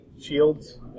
Shields